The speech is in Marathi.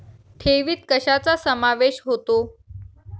ठेवीत कशाचा समावेश होतो?